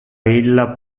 illa